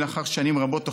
לאחר שנים רבות,